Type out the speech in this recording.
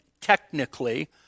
technically